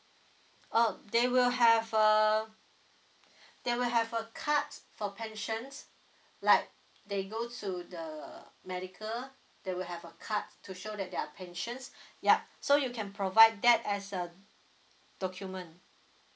uh they will have a they will have a card for pensions like they go to the medical they will have a card to show that they are pensions ya so you can provide that as a document